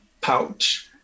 pouch